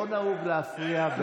אני מוציאה את עצמי.